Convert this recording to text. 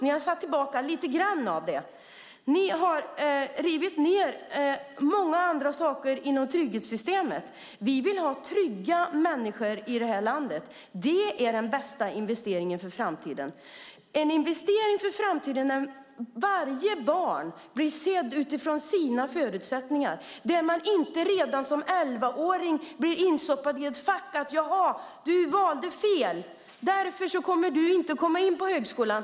Ni har satt tillbaka lite grann av det. Ni har rivit ned många andra saker inom trygghetssystemet. Vi vill ha trygga människor i detta land. Det är den bästa investeringen för framtiden. En investering för framtiden är att varje barn blir sett utifrån sina förutsättningar. Man ska inte redan som elvaåring bli instoppad i ett fack. Man ska inte få höra: Du valde fel, därför kommer du inte att komma in på högskolan.